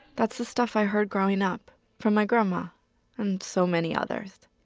that's the stuff i heard growing up from my grandma and so many others.